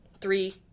three